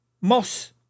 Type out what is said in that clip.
Moss